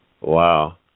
Wow